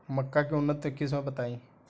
मक्का के उन्नत किस्म बताई?